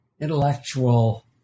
intellectual